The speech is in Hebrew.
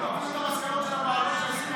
לא אפילו המסקנות של הוועדה שעשיתם,